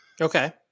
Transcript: Okay